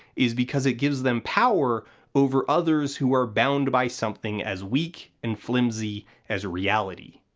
is because it gives them power over others who are bound by something as weak and flimsy as reality.